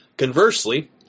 Conversely